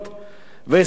ואסטרטגיות